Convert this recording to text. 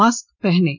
mask पहनें